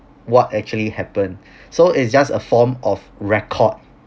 what actually happen so it's just a form of record